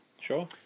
Sure